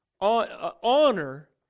honor